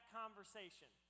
conversation